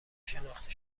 شناخته